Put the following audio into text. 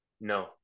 no